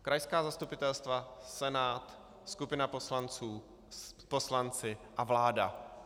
Krajská zastupitelstva, Senát, skupina poslanců, poslanci a vláda.